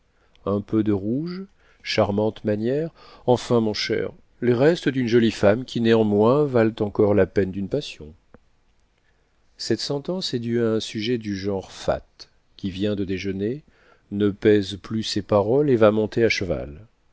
un peu de rouge charmantes manières enfin mon cher les restes d'une jolie femme qui néanmoins valent encore la peine d'une passion cette sentence est due à un sujet du genre fat qui vient de déjeuner ne pèse plus ses paroles et va monter à cheval